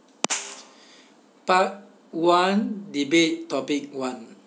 part one debate topic one